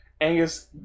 Angus